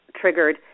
triggered